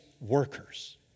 workers